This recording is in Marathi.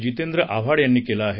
जितेंद्र आव्हाड यांनी केलं आहे